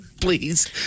Please